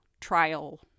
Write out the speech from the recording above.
trial